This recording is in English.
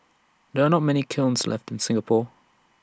there are not many kilns left in Singapore